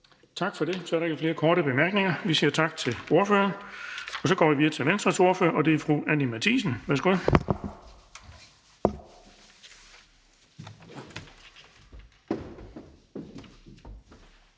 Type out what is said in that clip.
Tak for det. Der er ikke nogen korte bemærkninger. Vi siger tak til ordføreren, og så går vi videre til Nye Borgerliges ordfører, og det er hr. Lars Boje Mathiesen. Værsgo.